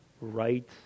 rights